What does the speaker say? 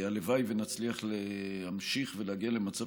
הלוואי שנצליח להמשיך ולהגיע למצב